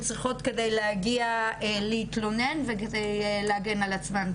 צריכות כדי להגיע להתלונן וכדי להגן על עצמן,